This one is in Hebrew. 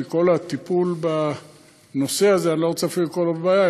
מכל הטיפול בנושא הזה אני אפילו לא רוצה לקרוא לו בעיה,